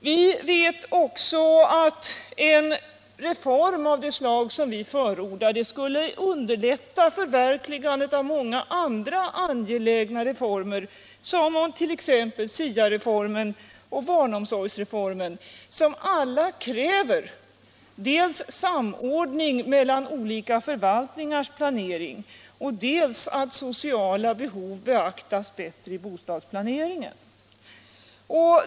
Vi vet också att en reform av det slag som vi förordat skulle underlätta förverkligandet av många andra angelägna reformer, t.ex. SIA-reformen och barnomsorgsreformen, som kräver dels samordning mellan olika förvaltningars planering, dels att sociala behov beaktas bättre i bostadsplaneringen.